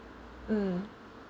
mm